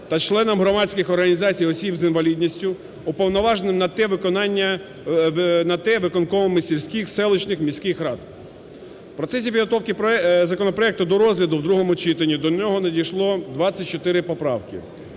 та членам громадських організаці1й і осіб з інвалідністю уповноваженим на те виконання… на те виконкомами сільських, селищних, міських рад. В процесі підготовки законопроекту до розгляду в другому читанні до нього надійшло 24 поправки,